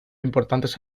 importantes